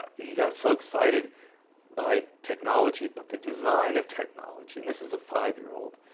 he got so excited by technology, but the design of technology and this is a five year old.